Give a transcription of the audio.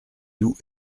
loups